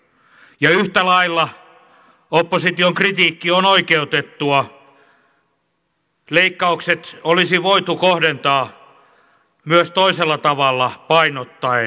ja yhtä lailla opposition kritiikki on oikeutettua leikkaukset olisi voitu kohdentaa myös toisella tavalla painottaen